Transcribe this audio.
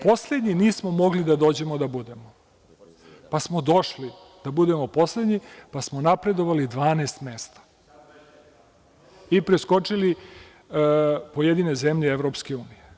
Poslednji nismo mogli da dođemo da budemo, pa smo došli da budemo poslednji, pa smo napredovali 12 mesta i preskočili pojedine zemlje EU.